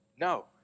no